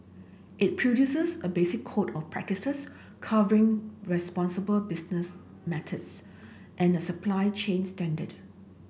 it produces a basic code of practices covering responsible business methods and a supply chain standard